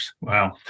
Wow